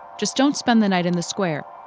just don't spend the night in the square.